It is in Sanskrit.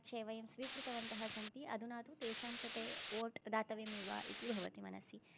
छे वयं स्वीकृतवन्तः सन्ति अधुना तु तेषां कृते वोट् दातव्यम् एव इति भवति मनसि